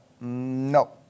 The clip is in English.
No